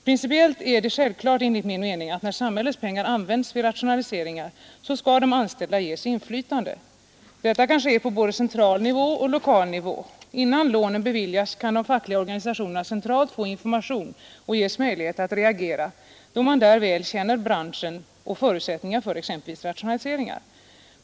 Principiellt är det självklart, enligt min mening, att när samhällets pengar används vid rationaliseringar skall de anställda ges inflytande. Detta kan ske på både central nivå och lokal nivå. Innan lånen beviljas kan den fackliga organisationen centralt få information och ges möjlighet att reagera, då man där väl känner branschen och förutsättningarna för exempelvis rationaliseringar.